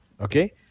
Okay